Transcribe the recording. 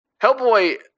Hellboy